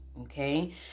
Okay